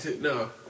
No